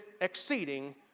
exceeding